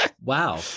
wow